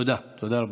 תודה רבה.